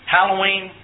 Halloween